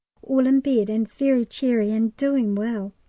all in bed, and very cheery and doing well.